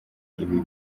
ibi